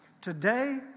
Today